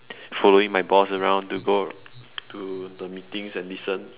following my boss around to go to the meetings and listen